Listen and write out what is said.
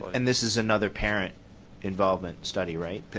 and this is another parent involvement study, right?